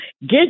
Get